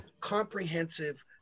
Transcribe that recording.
comprehensive